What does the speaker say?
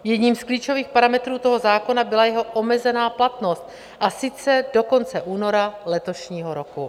Jedním z klíčových parametrů toho zákona byla jeho omezená platnost, a sice do konce února letošního roku.